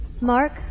Mark